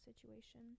situation